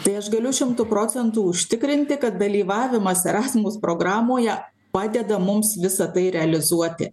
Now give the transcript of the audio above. tai aš galiu šimtu procentų užtikrinti kad dalyvavimas erasmus programoje padeda mums visa tai realizuoti